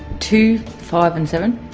two, five and seven.